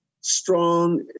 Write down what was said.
strong